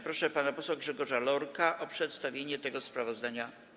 Proszę pana posła Grzegorza Lorka o przedstawienie tego sprawozdania.